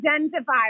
identify